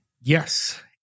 Yes